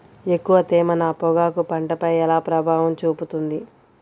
ఎక్కువ తేమ నా పొగాకు పంటపై ఎలా ప్రభావం చూపుతుంది?